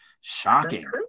shocking